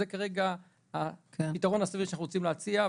זה כרגע הפתרון הסביר שאנחנו רוצים להציע.